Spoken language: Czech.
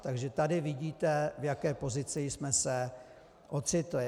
Takže tady vidíte, v jaké pozici jsme se ocitli.